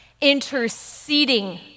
interceding